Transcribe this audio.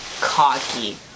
cocky